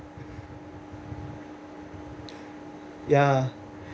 ya